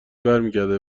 برمیگرده